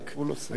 אגב,